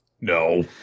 No